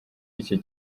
iki